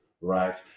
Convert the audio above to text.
right